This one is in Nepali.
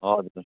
हजुर